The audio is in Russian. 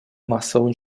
массового